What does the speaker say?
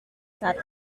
sato